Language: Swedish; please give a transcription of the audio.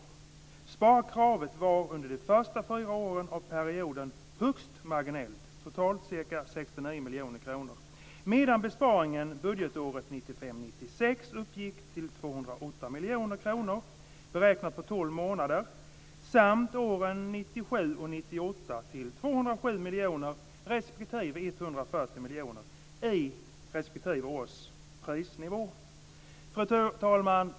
Sparkravet var under de fyra första åren av perioden högst marginellt, totalt cirka 69 miljoner kronor, medan besparingen budgetåret 1995/96 uppgick till 208 miljoner kronor beräknat på 12 månader samt budgetåren 1997 och 1998 Fru talman!